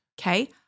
okay